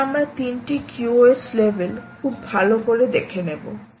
এবার আমরা তিনটি QoS লেভেল খুব ভালো করে দেখে নেবো